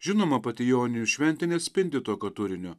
žinoma pati joninių šventė neatspindi tokio turinio